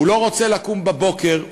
הוא לא רוצה לקום בבוקר,